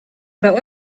bei